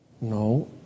No